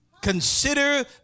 Consider